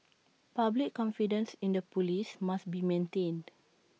public confidence in the Police must be maintained